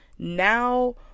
now